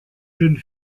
jeune